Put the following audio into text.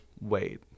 wait